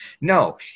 No